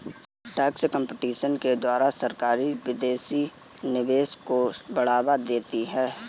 tax competition के द्वारा सरकारी विदेशी निवेश को बढ़ावा देती है